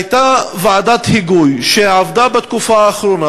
הייתה ועדת היגוי שעבדה בתקופה האחרונה